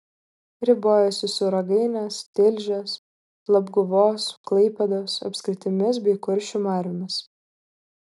ribojosi su ragainės tilžės labguvos klaipėdos apskritimis bei kuršių mariomis